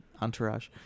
Entourage